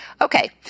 Okay